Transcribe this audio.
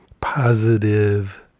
positive